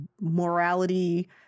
morality